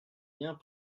biens